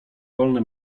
wolne